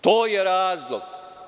To je razlog.